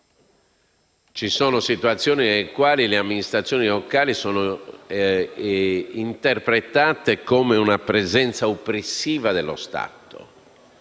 Ci sono situazioni nelle quali le amministrazioni locali sono interpretate come una presenza oppressiva dello Stato.